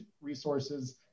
resources